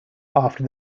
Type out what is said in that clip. after